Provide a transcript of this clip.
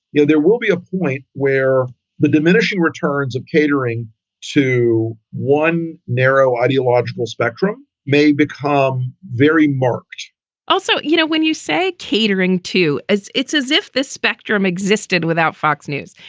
you know, there will be a point where the diminishing returns of catering to one narrow ideological spectrum may become very murky also, you know, when you say catering to as it's as if this spectrum existed without fox news,